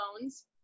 loans